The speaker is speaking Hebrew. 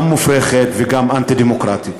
גם מופרכת וגם אנטי-דמוקרטית.